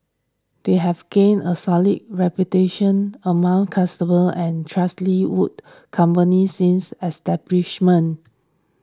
they have gained a solid reputation amongst customers and trust Lee would company since establishment